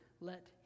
let